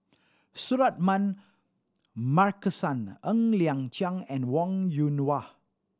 Suratman Markasan Ng Liang Chiang and Wong Yoon Wah